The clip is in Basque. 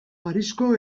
parisko